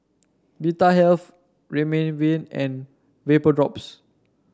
Vitahealth Remifemin and Vapodrops